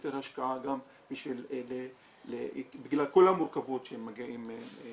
יותר השקעה גם בגלל כל המורכבות שהם מגיעים בה.